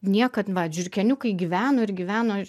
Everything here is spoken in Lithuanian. niekad va žiurkėniukai gyveno ir gyveno